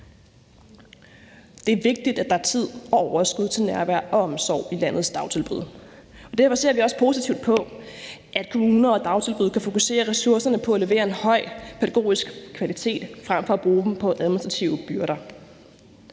Det er vigtigt, at der er tid og overskud til nærvær og omsorg i landets dagtilbud. Derfor ser vi også positivt på, at kommuner og dagtilbud kan fokusere ressourcerne på at levere en høj pædagogisk kvalitet frem for at bruge dem på administrative byrder.